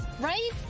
Right